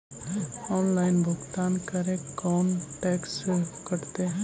Online भुगतान करे को कोई टैक्स का कटेगा?